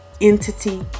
entity